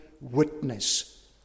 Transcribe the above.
witness